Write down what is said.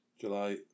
July